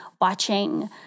watching